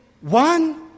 one